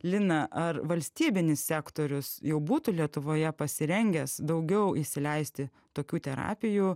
lina ar valstybinis sektorius jau būtų lietuvoje pasirengęs daugiau įsileisti tokių terapijų